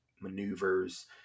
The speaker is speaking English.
maneuvers